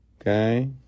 okay